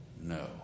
No